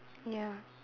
ya